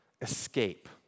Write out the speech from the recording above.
escape